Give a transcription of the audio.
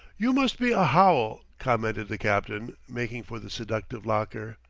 you must be a howl, commented the captain, making for the seductive locker.